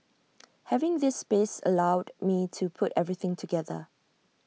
having this space allowed me to put everything together